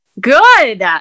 Good